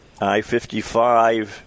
I-55